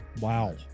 wow